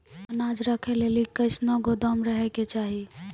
अनाज राखै लेली कैसनौ गोदाम रहै के चाही?